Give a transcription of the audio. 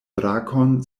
brakon